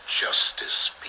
justice